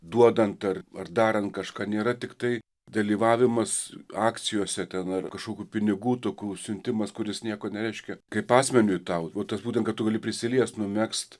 duodant ar ar darant kažką nėra tiktai dalyvavimas akcijose ten ar kažkokių pinigų tokų siuntimas kuris nieko nereiškia kaip asmeniui tau va tas būten kad tu gali prisiliest numegzt